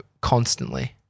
constantly